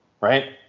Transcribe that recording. right